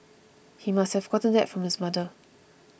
he must have got that from his mother